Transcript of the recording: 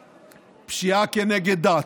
לפשיעה כנגד דת,